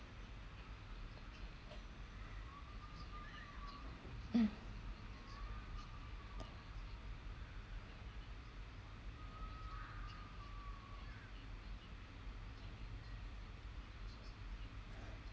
mm